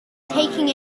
taking